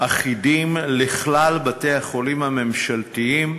אחידים לכלל בתי-החולים הממשלתיים,